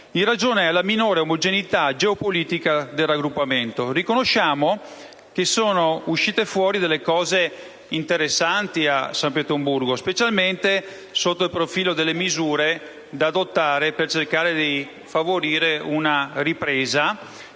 in ragione della minore omogeneità geopolitica del raggruppamento. Riconosciamo che a San Pietroburgo sono uscite fuori cose interessanti, specialmente sotto il profilo delle misure da adottare per cercare di favorire una ripresa